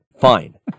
Fine